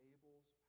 Abel's